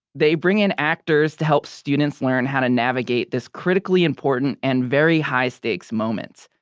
they bring in actors to help students learn how to navigate this critically important and very high stakes moments.